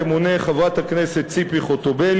התשתיות הלאומיות והבטיחות בדרכים תמונה חברת הכנסת ציפי חוטובלי,